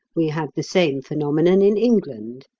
we have the same phenomenon in england.